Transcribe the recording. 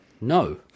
No